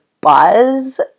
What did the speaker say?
buzz